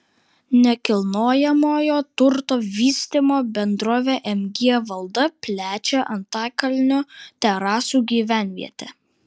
nekilnojamojo turto vystymo bendrovė mg valda plečia antakalnio terasų gyvenvietę